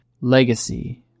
Legacy